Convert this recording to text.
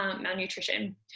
malnutrition